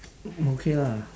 okay lah